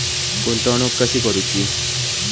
गुंतवणूक कशी करूची?